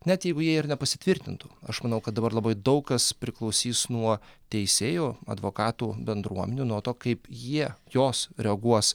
net jeigu jie ir nepasitvirtintų aš manau kad dabar labai daug kas priklausys nuo teisėjų advokatų bendruomenių nuo to kaip jie jos reaguos